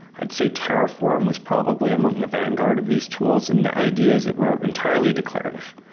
i'd say terraform was probably among the vanguard of these tools. and the ideas that were entirely declarative.